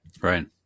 Right